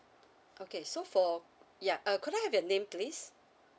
okay so for ya uh could I have your name please